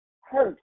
hurt